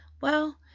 Well